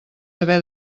haver